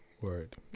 Word